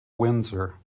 windsor